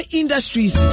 industries